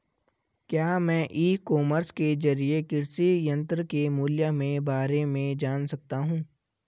क्या मैं e commerce के ज़रिए कृषि यंत्र के मूल्य में बारे में जान सकता हूँ?